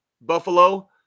Buffalo